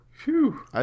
Phew